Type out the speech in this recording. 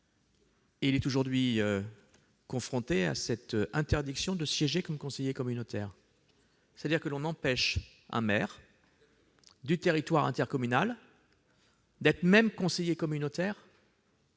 Il est aujourd'hui confronté à l'interdiction de siéger comme conseiller communautaire : on empêche un maire du territoire intercommunal d'être conseiller communautaire,